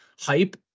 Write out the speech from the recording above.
hype